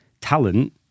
talent